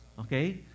okay